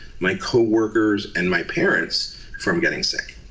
my co-workers and my parents from getting sick.